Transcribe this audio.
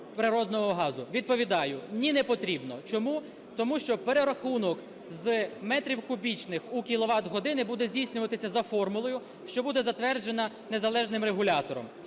природного газу? Відповідаю. Ні, не потрібно. Чому? Тому що перерахунок з метрів кубічних у кіловат-години буде здійснюватися за формулою, що буде затверджена незалежним регулятором.